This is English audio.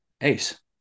ace